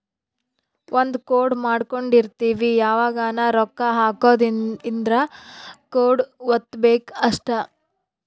ಒಂದ ಕೋಡ್ ಮಾಡ್ಕೊಂಡಿರ್ತಿವಿ ಯಾವಗನ ರೊಕ್ಕ ಹಕೊದ್ ಇದ್ರ ಕೋಡ್ ವತ್ತಬೆಕ್ ಅಷ್ಟ